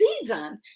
season